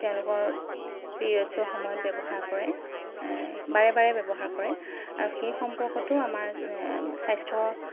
তেওঁলোকৰ পিৰিয়ডছৰ সময়ত ব্যৱহাৰ কৰে এই বাৰে বাৰে ব্যৱহাৰ কৰে আৰু সেই সম্পৰ্কতো আমাৰ স্বাস্থ্যৰ